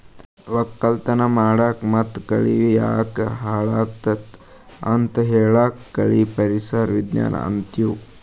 ವಕ್ಕಲತನ್ ಮಾಡಕ್ ಮತ್ತ್ ಬೆಳಿ ಯಾಕ್ ಹಾಳಾದತ್ ಅಂತ್ ಹೇಳಾಕ್ ಕಳಿ ಪರಿಸರ್ ವಿಜ್ಞಾನ್ ಅಂತೀವಿ